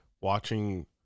watching